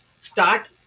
start